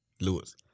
lose